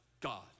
God